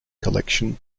collection